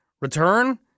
Return